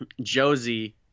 Josie